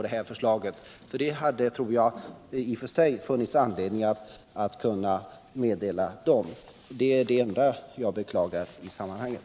Det hade i och för sig funnits anledning at göra det. Det är det enda jag beklagar i sammanhanget.